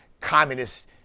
communist